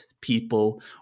people